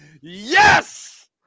Yes